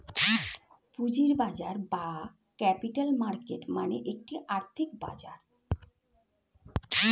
পুঁজির বাজার বা ক্যাপিটাল মার্কেট মানে একটি আর্থিক বাজার